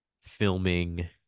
filming